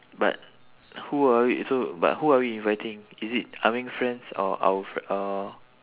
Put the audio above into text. but who are we so but who are we inviting is it ah ming friends or our fr~ oh